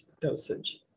dosage